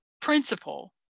principle